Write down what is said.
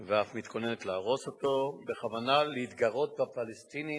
ואף מתכוננת להרוס אותו בכוונה להתגרות בפלסטינים